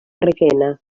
requena